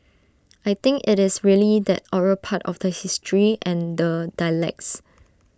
I think IT is really that oral part of the history and the dialects